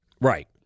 Right